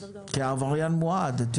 כעבריין מועד.